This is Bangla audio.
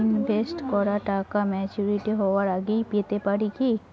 ইনভেস্ট করা টাকা ম্যাচুরিটি হবার আগেই পেতে পারি কি?